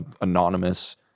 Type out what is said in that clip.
anonymous